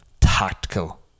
tactical